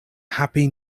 happy